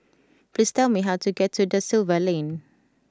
please tell me how to get to Da Silva Lane